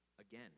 again